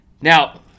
Now